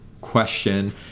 question